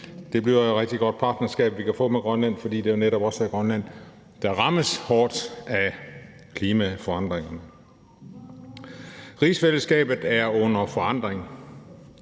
Det bliver et rigtig godt partnerskab, vi kan få med Grønland, fordi det jo netop også er Grønland, der rammes hårdt af klimaforandringen. Rigsfællesskabet er under forandring.